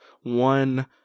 one